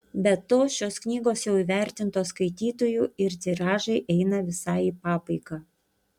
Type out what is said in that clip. be to šios knygos jau įvertintos skaitytojų ir tiražai eina visai į pabaigą